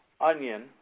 onion